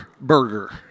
burger